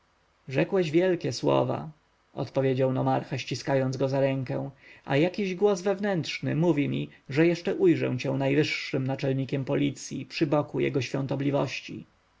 wielkie słowa odpowiedział nomarcha ściskając go za rękę a jakiś głos wewnętrzny mówi mi że jeszcze ujrzę cię najwyższym naczelnikiem policji przy boku jego świątobliwości